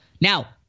Now